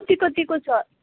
कति कतिको छ